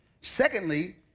Secondly